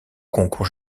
concours